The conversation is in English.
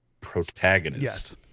protagonist